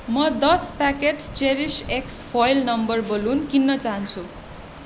म दस packet cherries X foil number balloon किन्न चाहन्छु